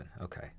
okay